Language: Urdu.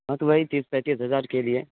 ہاں تو وہی چیز پینتیس ہزار کے لیے